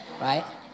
right